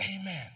amen